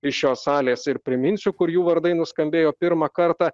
iš šios salės ir priminsiu kur jų vardai nuskambėjo pirmą kartą